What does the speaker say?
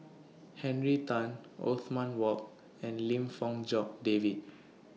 Henry Tan Othman Wok and Lim Fong Jock David